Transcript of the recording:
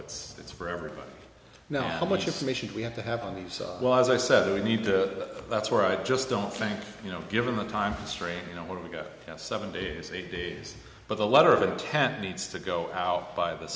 it's it's for everybody now how much information we have to have on these well as i said we need to that's where i just don't think you know given the time constraint you know where we go seven days eight days but the letter of intent needs to go out by the